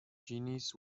genies